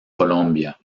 colombia